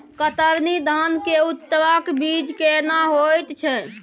कतरनी धान के उन्नत बीज केना होयत छै?